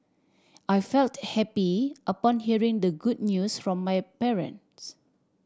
I felt happy upon hearing the good news from my parents